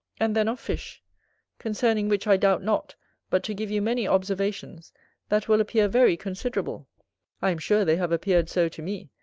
and then of fish concerning which i doubt not but to give you many observations that will appear very considerable i am sure they have appeared so to me,